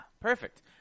Perfect